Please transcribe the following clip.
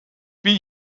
wie